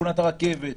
שכונת הרכבת ורמלה,